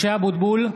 (קורא בשמות חברי הכנסת) משה אבוטבול,